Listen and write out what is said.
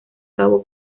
cabo